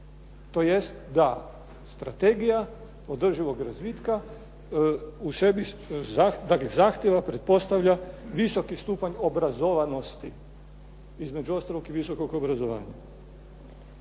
tj. da strategija održivog razvitka u sebi, dakle zahtjeva, pretpostavlja visoki stupanj obrazovanosti. Između ostalog i visokog obrazovanja.